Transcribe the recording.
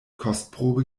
kostprobe